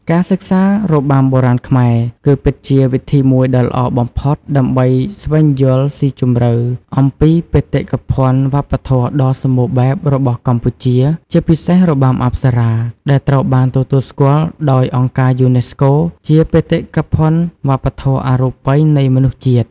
ការសិក្សារបាំបុរាណខ្មែរ គឺពិតជាវិធីមួយដ៏ល្អបំផុតដើម្បីស្វែងយល់ស៊ីជម្រៅអំពីបេតិកភណ្ឌវប្បធម៌ដ៏សម្បូរបែបរបស់កម្ពុជា ជាពិសេស របាំអប្សរា ដែលត្រូវបានទទួលស្គាល់ដោយ អង្គការយូនេស្កូ ជាបេតិកភណ្ឌវប្បធម៌អរូបីនៃមនុស្សជាតិ។